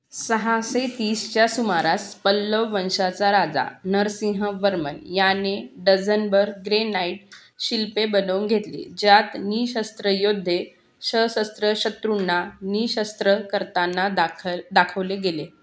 सहाशे तीसच्या सुमारास पल्लव वंशाचा राजा नरसिंहवर्मन याने डझनभर ग्रेनाईट शिल्पे बनवून घेतली ज्यात नि शस्त्र योद्धे सशस्त्र शत्रुंना नि शस्त्र करताना दाख दाखवले गेले